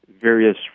various